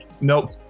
Nope